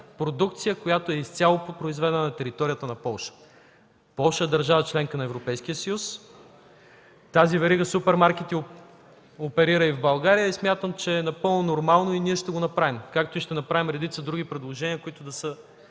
продукция, изцяло произведена на територията на Полша. Полша е държава – членка на Европейския съюз. Тази верига супермаркети оперира и в България. Смятам това за напълно нормално и ние ще го направим, както ще направим и редица други предложения, които са